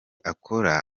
akora